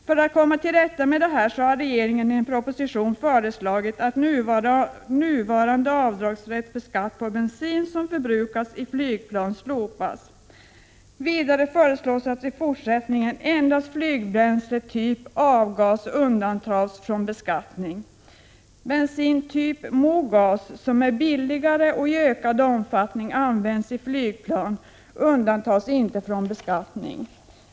För att komma till rätta med detta har regeringen i en proposition föreslagit att nuvarande avdragsrätt för skatt på bensin som förbrukas i flygplan slopas. Vidare föreslås att endast flygbränsle av typ avgas i fortsättningen skall undantas från beskattning. Bensin av typ Mogas, som är billigare och i ökad omfattning används i flygplan, undantas inte från beskattning.